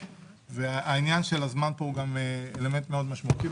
ועניין הזמן פה הוא אלמנט משמעותי מאוד.